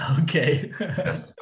Okay